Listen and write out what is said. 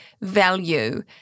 value